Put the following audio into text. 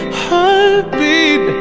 heartbeat